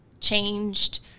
changed